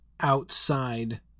outside